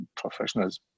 professionals